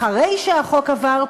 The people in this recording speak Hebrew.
אחרי שהחוק עבר,